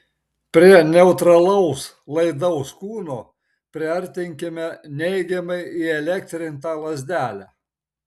prie neutralaus laidaus kūno priartinkime neigiamai įelektrintą lazdelę